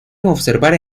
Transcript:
observar